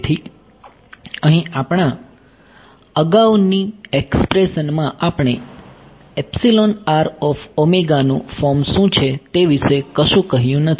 તેથી અહીં આપણા અગાઉનીના એક્સપ્રેશનમાં આપણે નું ફોર્મ શું છે તે વિશે કશું કહ્યું નથી